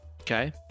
Okay